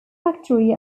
factory